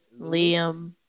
Liam